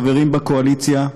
חברים בקואליציה,